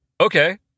okay